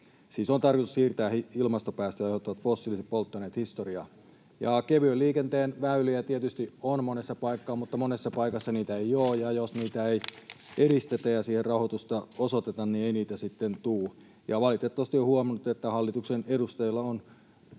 siis on tarkoitus siirtää ilmastopäästöjä aiheuttavat fossiiliset polttoaineet historiaan. Kevyen liikenteen väyliä tietysti on monessa paikkaa, mutta monessa paikassa niitä ei ole, ja jos niitä ei edistetä ja siihen rahoitusta osoiteta, niin ei niitä sitten tule. Valitettavasti olen huomannut, että hallituksen edustajilla on